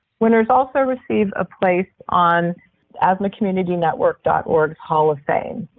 winners also receive a place on asthmacommunitynetwork dot org hall of fame.